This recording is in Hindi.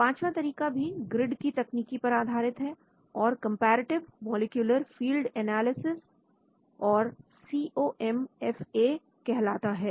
पांचवा तरीका भी ग्रिड की तकनीकी पर आधारित है और comparative molecular field analysis comparative molecular field analysis COMFA कहलाता है